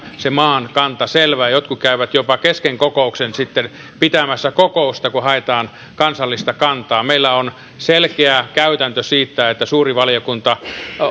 se maan kanta selvä ja jotkut käyvät jopa kesken kokouksen sitten pitämässä kokousta kun haetaan kansallista kantaa meillä on se selkeä käytäntö että suuri valiokunta